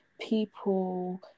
people